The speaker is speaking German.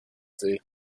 see